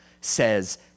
says